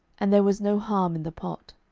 and there was no harm in the pot.